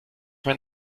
mein